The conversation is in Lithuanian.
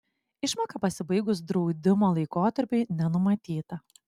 išmoka pasibaigus draudimo laikotarpiui nenumatyta